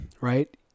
right